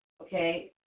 okay